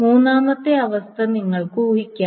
മൂന്നാമത്തെ അവസ്ഥ നിങ്ങൾക്ക് ഊഹിക്കാം